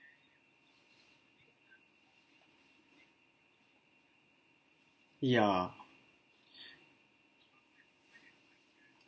ya